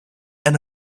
and